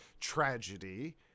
tragedy